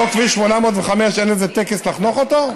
אותו כביש 805, אין איזה טקס לחנוך אותו?